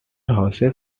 houses